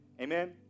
Amen